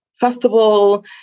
Festival